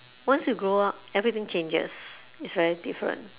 once you grow up everything changes it's very different